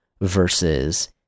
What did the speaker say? versus